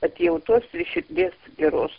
atjautos ir širdies geros